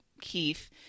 Keith